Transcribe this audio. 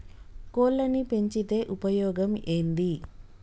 కోళ్లని పెంచితే ఉపయోగం ఏంది?